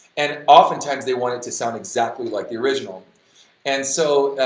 and oftentimes they wanted to sound exactly like the original and so,